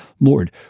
Lord